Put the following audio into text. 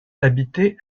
habiter